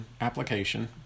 application